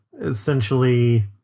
essentially